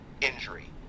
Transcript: injury